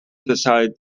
decided